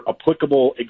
applicable